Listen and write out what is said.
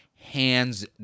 Hands